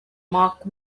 mark